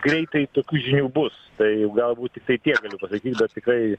greitai tokių žinių bus tai galbūt tiktai tiek galiu pasakyt bet tikrai